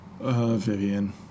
Vivian